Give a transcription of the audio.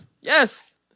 Yes